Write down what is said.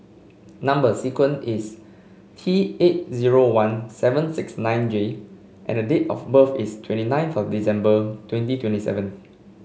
number sequence is T eight zero one seven six nine J and date of birth is twenty nine December twenty twenty seven